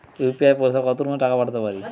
UPI পরিসেবা কতদূর পর্জন্ত টাকা পাঠাতে পারি?